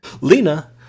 Lena